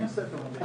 אני עושה את המדיח.